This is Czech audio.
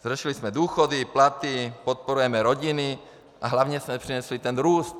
Řešili jsme důchody, platy, podporujeme rodiny a hlavně jsme přinesli růst.